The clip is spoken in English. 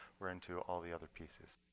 we're into all the other pieces.